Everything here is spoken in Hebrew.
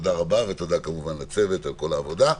תודה רבה, ותודה כמובן לצוות על כל העבודה.